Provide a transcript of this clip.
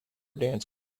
dance